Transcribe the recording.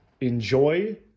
Enjoy